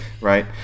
right